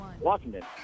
Washington